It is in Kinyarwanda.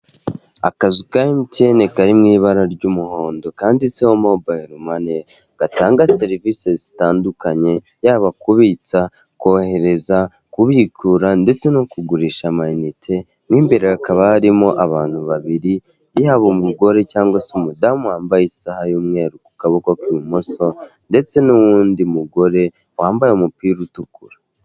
Akazu ka emutiyene kari mu ibara ry'umuhondo kanditseho mobile mone gatanga serivisi zitandukanye yaba kubitsa kohereza kubikura ndetse no kugurisha amayinite mw'imbere hakaba harimo abantu babiri, yaba umugore cyangwa se umudamu wambaye isaha y'umweru ku kaboko k'ibumoso ndetse nuwundi mugore wambaye umupira utukura.